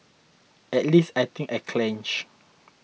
at least I think I clenched